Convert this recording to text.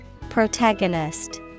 Protagonist